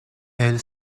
elle